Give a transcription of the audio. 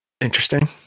Interesting